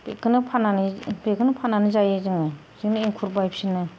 बेखौनो फाननानै बेखौनो फाननानै जायो जोङो बेजोंनो एंखुर बायफिनो